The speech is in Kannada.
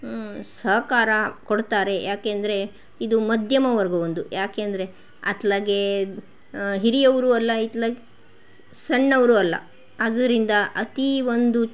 ಸಹಕಾರ ಕೊಡ್ತಾರೆ ಯಾಕೆ ಅಂದರೆ ಇದು ಮಧ್ಯಮವರ್ಗ ಒಂದು ಯಾಕೆಂದರೆ ಅತ್ಲಗೆ ಹಿರಿಯವರು ಅಲ್ಲ ಇತ್ಲಗೆ ಸಣ್ಣವರು ಅಲ್ಲ ಅದುರಿಂದ ಅತೀ ಒಂದು